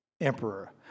emperor